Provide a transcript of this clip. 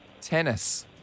tennis